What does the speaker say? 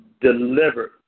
delivered